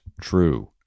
true